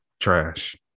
Trash